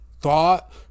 thought